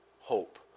hope